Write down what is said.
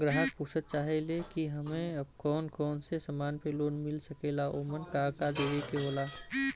ग्राहक पुछत चाहे ले की हमे कौन कोन से समान पे लोन मील सकेला ओमन का का देवे के होला?